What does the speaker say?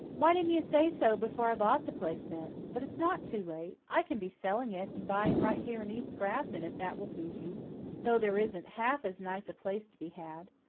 why didn't you say so before i bought the place, then? but it's not too late. i can be selling it and buying right here in east grafton if that will please you though there isn't half as nice a place to be had.